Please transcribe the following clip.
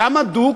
למה דוק?